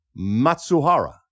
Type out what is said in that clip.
Matsuhara